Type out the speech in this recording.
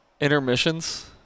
Intermissions